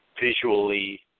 visually